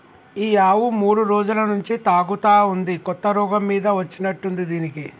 ఈ ఆవు మూడు రోజుల నుంచి తూగుతా ఉంది కొత్త రోగం మీద వచ్చినట్టుంది దీనికి